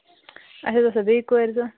اَسہِ بیٚیہِ کورِ زٕ